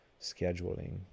scheduling